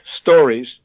stories